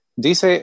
Dice